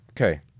Okay